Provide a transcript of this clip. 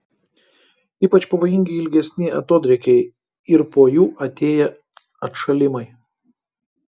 ypač pavojingi ilgesni atodrėkiai ir po jų atėję atšalimai